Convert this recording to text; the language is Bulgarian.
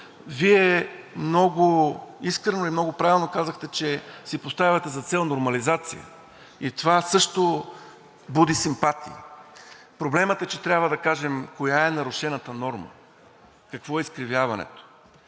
Вие много искрено и много правилно казахте, че си поставяте за цел нормализация и това също буди симпатии. Проблемът е, че трябва да кажем коя е нарушената норма, какво е изкривяването.